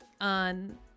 On